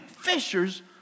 fishers